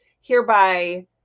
hereby